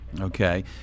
Okay